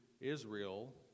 Israel